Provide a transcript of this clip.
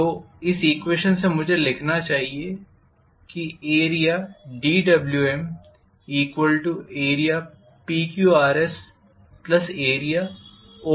तो इस ईक्वेशन से मुझे लिखना चाहिए क्षेत्र dWm area PQRS area OPR